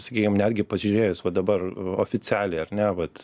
sakykim netgi pasižiūrėjus va dabar oficialiai ar ne vat